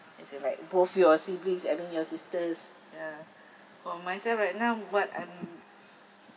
and same like both your siblings I mean your sisters ya for myself right now what I'm